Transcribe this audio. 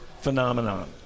phenomenon